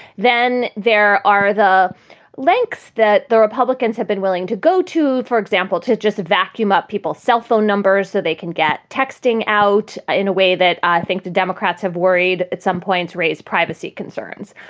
then there are the links that the republicans have been willing to go to for example, to just vacuum up people cell phone numbers so they can get texting out ah in a way that i think the democrats have worried at some points raised privacy concerns.